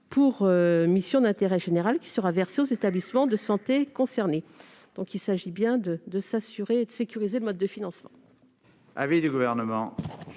pour mission d'intérêt général qui sera versé aux établissements de santé concernés ». Il s'agit bien ici de sécuriser ce mode de financement.